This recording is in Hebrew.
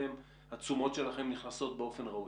שהתשומות שלכם נכנסות באופן ראוי?